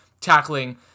tackling